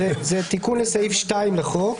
תיקון לסעיף 2 לחוק.